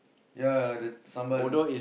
ya the sambal